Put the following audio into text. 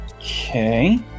Okay